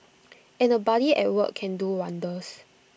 and A buddy at work can do wonders